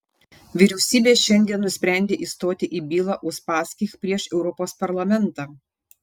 vyriausybė šiandien nusprendė įstoti į bylą uspaskich prieš europos parlamentą